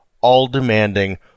all-demanding